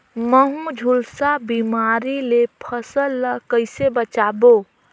महू, झुलसा बिमारी ले फसल ल कइसे बचाबो?